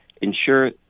ensure